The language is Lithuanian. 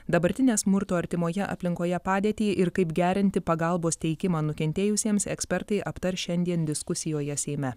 dabartinę smurto artimoje aplinkoje padėtį ir kaip gerinti pagalbos teikimą nukentėjusiems ekspertai aptars šiandien diskusijoje seime